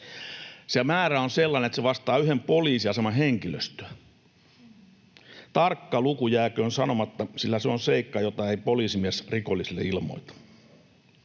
Se määrä on sellainen, että se vastaa yhden poliisi-aseman henkilöstöä. Tarkka luku jääköön sanomatta, sillä se on seikka, jota ei poliisimies rikolliselle ilmoita.